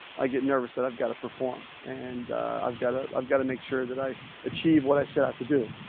i get nervous that i've got to perform and i've got ah i've got to make sure, that i achieve what i set out to do.